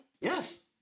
Yes